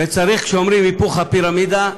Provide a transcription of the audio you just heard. וצריך, כשאומרים היפוך הפירמידה,